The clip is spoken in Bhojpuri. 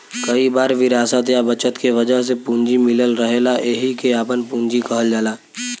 कई बार विरासत या बचत के वजह से पूंजी मिलल रहेला एहिके आपन पूंजी कहल जाला